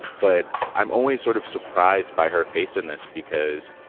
but i'm always sort of surprised by her face in this because.